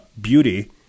beauty